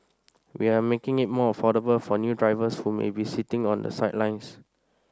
we are making it more affordable for new drivers who may be sitting on the sidelines